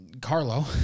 Carlo